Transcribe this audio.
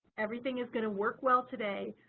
everything is going to work well today,